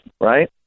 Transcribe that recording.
Right